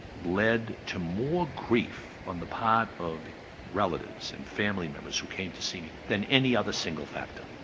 led to more grief on the part of relatives and family members who came to see me, than any other single factor.